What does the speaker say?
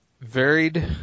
varied